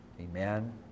Amen